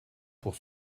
pour